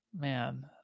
Man